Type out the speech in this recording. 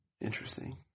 Interesting